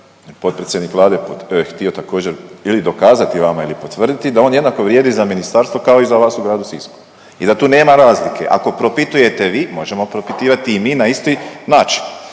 potpredsjednik Vlade htio također ili dokazati vama ili potvrditi da on jednako vrijedi za ministarstvo kao i za vas u gradu Sisku i da tu nema razlike. Ako propitujete vi možemo propitivati i mi na isti način